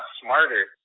smarter